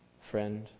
Friend